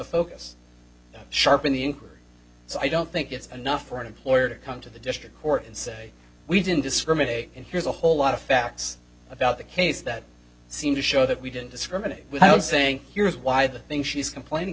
inquiry so i don't think it's enough for an employer to come to the district court and say we didn't discriminate and here's a whole lot of facts about the case that seem to show that we didn't discriminate without saying here's why the things she's complaining